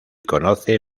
conoce